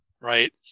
right